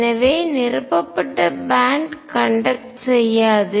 எனவே நிரப்பப்பட்ட band conduct செய்யாது